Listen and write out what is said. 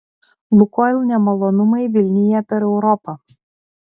lukoil nemalonumai vilnija per europą